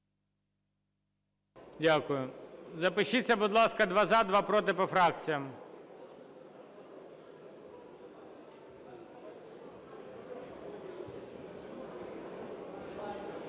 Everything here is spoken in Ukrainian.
Дякую. Запишіться, будь ласка, два – за, два – проти, по фракціях.